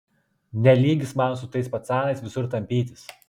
ne lygis man su tais pacanais visur tampytis